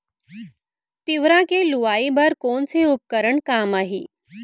तिंवरा के लुआई बर कोन से उपकरण काम आही?